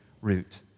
root